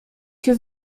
się